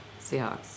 Seahawks